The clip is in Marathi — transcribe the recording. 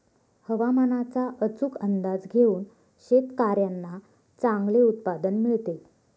हवामानाचा अचूक अंदाज घेऊन शेतकाऱ्यांना चांगले उत्पादन मिळते